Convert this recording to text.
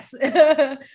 Yes